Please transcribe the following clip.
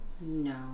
no